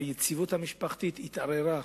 היציבות המשפחתית התערערה.